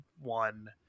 one